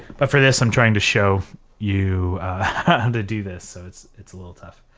but for this i'm trying to show you how to do this, so it's it's a little tough